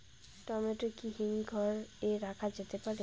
Tomato কি হিমঘর এ রাখা যেতে পারে?